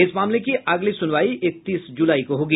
इस मामले की अगली सुनवाई इकतीस जुलाई को होगी